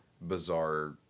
bizarre